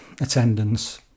attendance